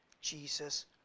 Jesus